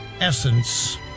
essence